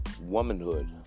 womanhood